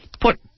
put